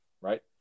right